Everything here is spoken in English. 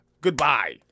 goodbye